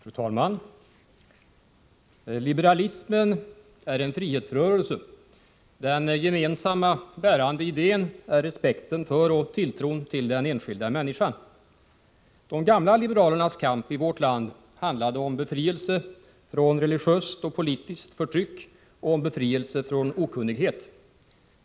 Fru talman! Liberalismen är en frihetsrörelse. Den gemensamma bärande idén är respekten för och tilltron till den enskilda människan. De gamla liberalernas kamp i vårt land handlade om befrielse från religiöst och politiskt förtryck och befrielse från okunnighet.